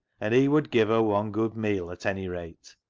and he would give her one good meal at anyrate.